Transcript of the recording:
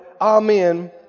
Amen